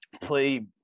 Play